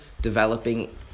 developing